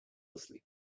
asleep